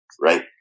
right